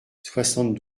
soixante